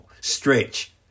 Stretch